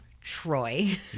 Troy